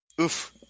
Oof